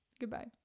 goodbye